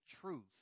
truth